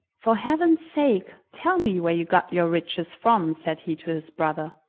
for heaven's sake, tell me where you got your riches from, said he to his brother.